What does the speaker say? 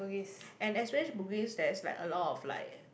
and especially bugis there is like a lot of like